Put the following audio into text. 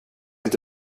inte